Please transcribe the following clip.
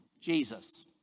Jesus